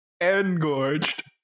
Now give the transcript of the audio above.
engorged